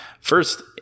First